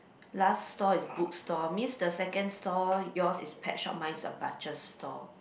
last store is book store means the second store yours is pet shop mine's a butcher store